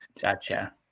Gotcha